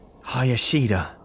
Hayashida